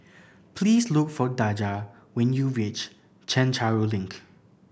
please look for Daja when you reach Chencharu Link